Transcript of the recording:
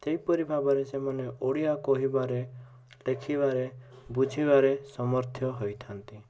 ସେଇପରି ଭାବରେ ସେମାନେ ଓଡ଼ିଆ କହିବାରେ ଲେଖିବାରେ ବୁଝିବାରେ ସମର୍ଥ୍ୟ ହୋଇଥାନ୍ତି